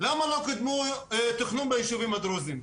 למה לא קידמו תכנון בישובים הדרוזים?